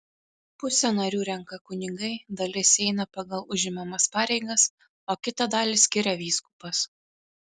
pusę narių renka kunigai dalis įeina pagal užimamas pareigas o kitą dalį skiria vyskupas